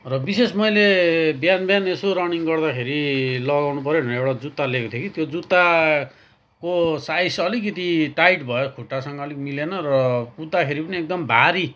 र विशेष मैले बिहान बिहान यसो रनिङ गर्दाखेरि लगाउनुपऱ्यो भनेर एउटा जुत्ता ल्याएको थिएँ कि त्यो जुत्ताको साइज अलिकति टाइट भयो खुट्टासँग अलिक मिलेन र कुद्दाखेरि पनि एकदम भारी